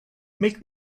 make